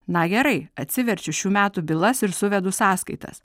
na gerai atsiverčiu šių metų bylas ir suvedu sąskaitas